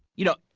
you know,